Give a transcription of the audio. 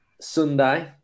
Sunday